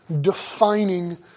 defining